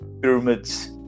pyramids